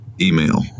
email